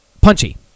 punchy